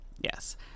Yes